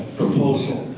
proposal,